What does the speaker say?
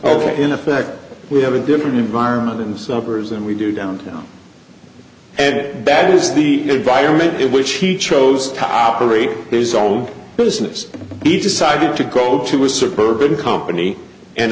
ok in effect we have a different environment in the suburbs than we do downtown and it bet is the environment in which he chose to operate his own business he decided to go to was superb and company and